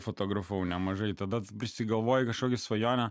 fotografavau nemažai tada prisigalvoja kažkokių svajonių